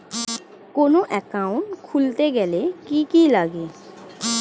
কোন একাউন্ট খুলতে গেলে কি কি লাগে?